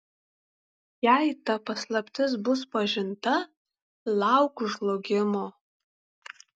jei ta paslaptis bus pažinta lauk žlugimo